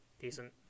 decent